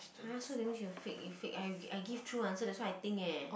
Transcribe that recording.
!huh! so that's mean you fake you fake I I give true answer that's what I think eh